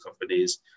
companies